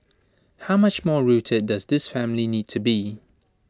how much more rooted does this family need to be